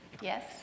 Yes